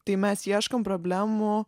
tai mes ieškom problemų